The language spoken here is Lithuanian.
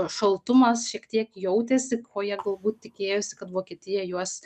šaltumas šiek tiek jautėsi ko jie galbūt tikėjosi kad vokietija juos